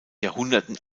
jahrhunderten